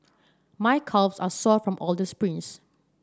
my calves are sore from all the sprints